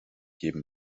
geben